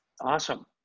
awesome